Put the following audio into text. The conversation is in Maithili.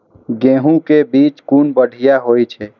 गैहू कै बीज कुन बढ़िया होय छै?